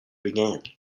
began